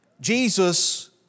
Jesus